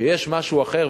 שיש משהו אחר.